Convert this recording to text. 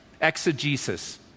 exegesis